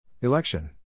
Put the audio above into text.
Election